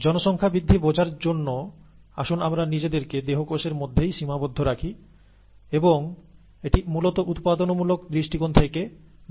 জনসংখ্যা বৃদ্ধি বোঝার জন্য আসুন আমরা নিজেদেরকে দেহকোষের মধ্যেই সীমাবদ্ধ রাখি এবং এটি মূলত উৎপাদনমূলক দৃষ্টিকোণ থেকে ব্যবহৃত হয়